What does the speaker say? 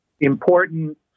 important